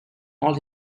all